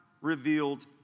revealed